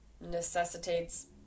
necessitates